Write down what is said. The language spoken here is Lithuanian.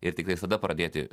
ir tiktais tada pradėti